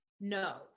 No